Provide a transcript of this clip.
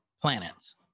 planets